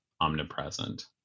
omnipresent